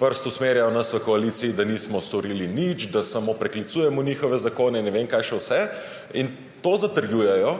Prst usmerjajo v nas v koaliciji, da nismo storili nič, da samo preklicujemo njihove zakone in ne vem kaj še vse. In to zatrjujejo